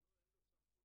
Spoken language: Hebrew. אין לו סמכות